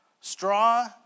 Straw